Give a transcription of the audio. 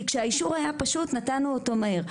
כי כשהאישור היה פשוט נתנו אותו מהר.